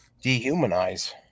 dehumanize